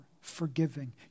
forgiving